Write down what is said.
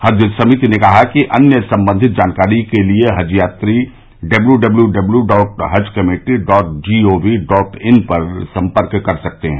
हज समिति ने कहा है कि अन्य संबंधित जानकारी के लिये हज यात्री W W W W dot Haj committee dot G O V dot in पर सम्पर्क कर सकते हैं